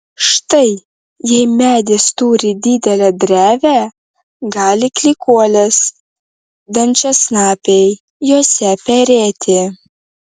štai jei medis turi didelę drevę gali klykuolės dančiasnapiai jose perėti